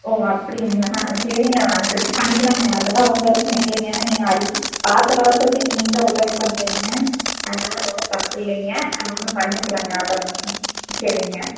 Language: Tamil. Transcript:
ஓ அப்படிங்களா சரிங்க அனுசரிச்சு பண்ணிக்கலாங்க அதெல்லாம் ஒன்றும் பிரச்சனை இல்லைங்க ஏன்னா நீங்கள் அலி ஆத்திர அவசரத்துக்கு நீண்ட உதவி பண்ணுறீங்க அதனால ஒன்றும் தப்பில்லைங்க ஒன்றும் பண்ணிக்கலாங்க அதெல்லாம் ச சரிங்க